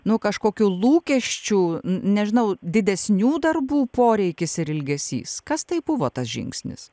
nu kažkokių lūkesčių nežinau didesnių darbų poreikis ir ilgesys kas tai buvo tas žingsnis